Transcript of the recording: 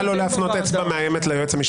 נא לא להפנות אצבע מאיימת ליועץ המשפטי לוועדה.